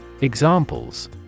Examples